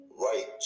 right